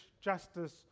justice